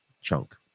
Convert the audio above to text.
chunk